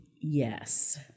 yes